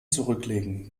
zurücklegen